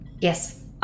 yes